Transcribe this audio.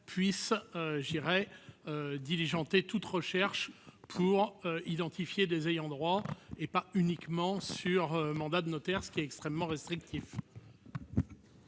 puissent diligenter toutes les recherches pour identifier des ayants droit, et pas uniquement sur mandat de notaire, ce qui est extrêmement restrictif.